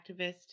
activist